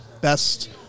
best